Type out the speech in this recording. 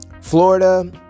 florida